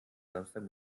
samstag